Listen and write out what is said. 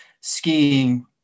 skiing